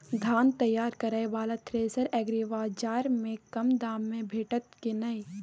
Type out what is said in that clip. धान तैयार करय वाला थ्रेसर एग्रीबाजार में कम दाम में भेटत की नय?